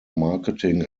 marketing